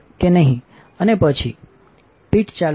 પછી અમે backંચી પીઠ ચાલુ કરીએ